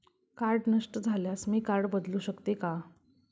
Card नष्ट झाल्यास मी कार्ड बदलू शकते का?